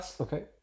Okay